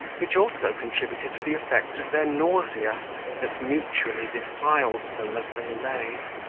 which also contributed to the effect of their nausea that mutually defiled them as they lay.